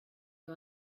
you